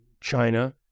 China